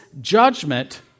judgment